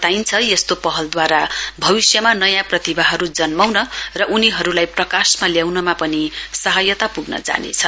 बताइन्थ यस्तो पहलद्वारा भविष्यमा नयाँ प्रतिभाहरू जन्माउन र उनीहरूलाई प्रकाशमा ल्याउनमा पनि सहायता प्ग्न जानेछ